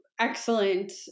excellent